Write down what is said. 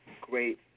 great